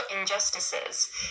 injustices